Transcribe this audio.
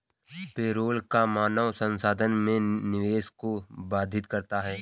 payroll कर मानव संसाधन में निवेश को बाधित करता है